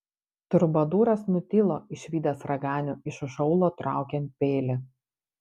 trubadūras nutilo išvydęs raganių iš už aulo traukiant peilį